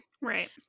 right